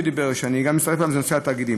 וזה נושא התאגידים.